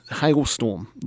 Hailstorm